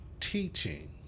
teaching